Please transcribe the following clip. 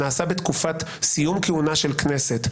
שנעשה בתקופת סיום כהונה של כנסת,